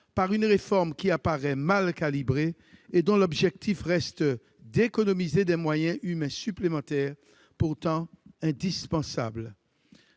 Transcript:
par une réforme qui apparaît mal calibrée et dont l'objectif reste d'économiser des moyens humains supplémentaires pourtant indispensables.